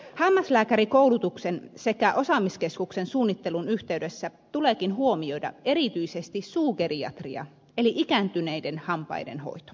hammaslääkärikoulutuksen sekä osaamiskeskuksen suunnittelun yhteydessä tuleekin huomioida erityisesti suugeriatria eli ikääntyneiden hampaiden hoito